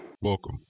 Welcome